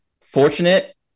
fortunate